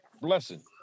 blessing